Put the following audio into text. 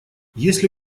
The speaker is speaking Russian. если